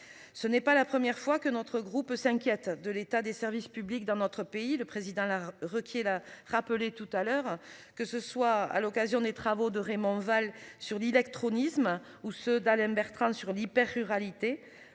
Ce n'est pas la première fois que notre groupe s'inquiète de l'état des services publics dans notre pays. Le président là requis a rappelé tout à l'heure, que ce soit à l'occasion des travaux de Raymond Vall sur 10 l'acte Ronis ou se Alain Bertrand. Sur l'hyper-, ruralité,